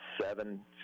seven